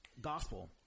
gospel